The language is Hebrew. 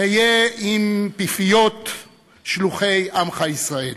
היה עם פיפיות שלוחי עמך ישראל.